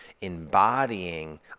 embodying